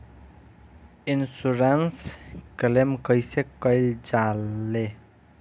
Insurance claim कइसे कइल जा ले?